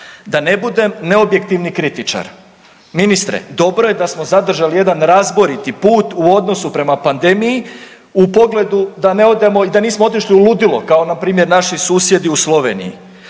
Da ne budem neobjektivni kritičar, ministre dobro je da smo zadržali jedan razboriti put u odnosu prema pandemiji u pogledu da nismo otišli u ludilo kao npr. naši susjedi u Sloveniji.